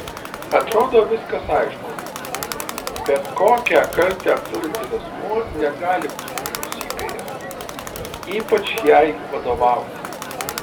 atrodo viskas aišku bet kokią kaltę turintis asmuo negali būti vyriausybėje ypač jai vadovauti